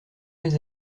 les